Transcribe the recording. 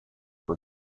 for